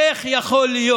איך יכול להיות?